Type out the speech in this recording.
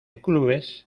clubes